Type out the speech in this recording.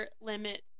limit